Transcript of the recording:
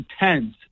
intense